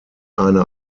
eine